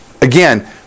again